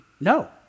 No